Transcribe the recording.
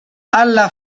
alla